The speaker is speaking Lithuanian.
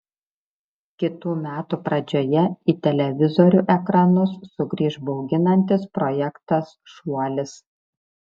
kitų metų pradžioje į televizorių ekranus sugrįš bauginantis projektas šuolis